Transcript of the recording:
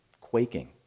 quaking